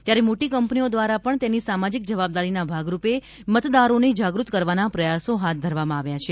ત્યારે મોટી કંપનીઓ દ્વારા પણ તેની સામાજિક જવાબદારી ના ભાગ રૂપે મતદારોને જાગૃત કરવાના પ્રયાસો હાથ ધરવામાં આવ્યા છે